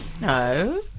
No